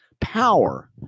power